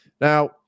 Now